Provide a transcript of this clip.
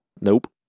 Nope